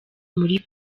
muri